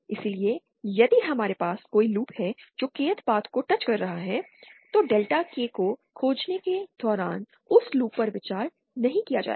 इसलिए यदि हमारे पास कोई लूप है जो Kth पाथ को टच कर रहा है तो डेल्टा K को खोजने के दौरान उस लूप पर विचार नहीं किया जाएगा